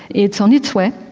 it's on its way,